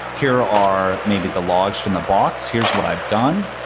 here are maybe the logs from the box. here's what i've done.